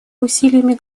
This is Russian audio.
усилиями